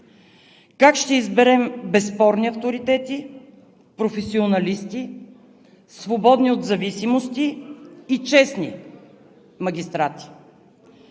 Как ще изберем безспорни авторитети, професионалисти, свободни от зависимости и честни магистрати?